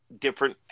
different